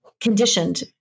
conditioned